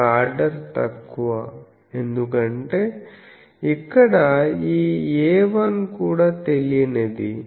ఒక ఆర్డర్ తక్కువ ఎందుకంటే ఇక్కడ ఈ A1 కూడా తెలియనిది